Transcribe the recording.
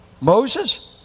Moses